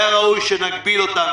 היה ראוי שנגביל אותן,